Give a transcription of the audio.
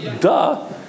Duh